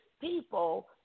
people